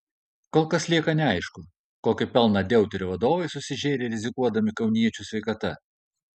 kol kas lieka neaišku kokį pelną deuterio vadovai susižėrė rizikuodami kauniečių sveikata